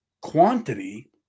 quantity